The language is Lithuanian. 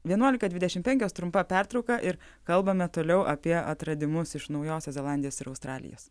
vienuolika dvidešim penkios trumpa pertrauka ir kalbame toliau apie atradimus iš naujosios zelandijos ir australijos